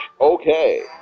okay